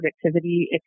productivity